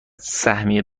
سهمیه